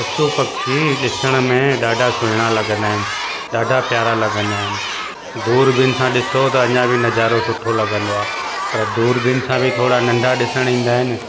पशु पक्षी ॾिसण में ॾाढा सुहिणा लॻंदा आहिनि ॾाढा प्यारा लॻंदा आहिनि दूरबीन सां ॾिसो त अञा बि नज़ारो सुठो लॻंदो आहे पर दूरबीन सां बि थोरा नंढा ॾिसणु ईंदा आहिनि